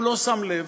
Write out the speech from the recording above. הוא לא שם לב,